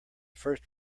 first